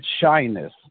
shyness